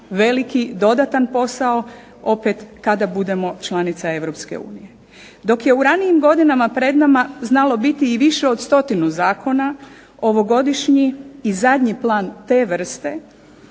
veliki dodatan posao opet kada budemo članica Europske unije. Dok je u ranijim godinama pred nama znalo biti i više od stotinu zakona, ovogodišnji i zadnji plan te vrste